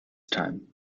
time